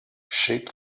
shape